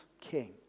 king